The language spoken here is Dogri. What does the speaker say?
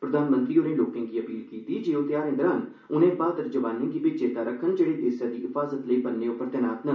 प्रधानमंत्री होरें लोकें गी अपील कीती जे ओह् ध्यारें दौरान उनें ब्हाद्र जवानें गी बी चेत्ता करन जेहड़े देसै दी हिफाज़त लेई बन्ने उप्पर तैनात न